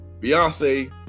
Beyonce